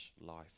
life